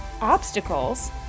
obstacles